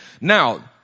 Now